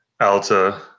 Alta